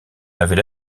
avait